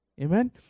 Amen